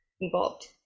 involved